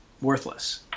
worthless